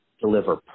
deliver